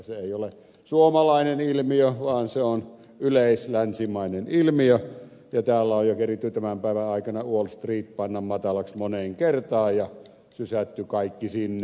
se ei ole suomalainen ilmiö vaan se on yleislänsimainen ilmiö ja täällä on jo keritty tämän päivänä aikana wall street panna matalaksi moneen kertaan ja sysätty kaikki sinne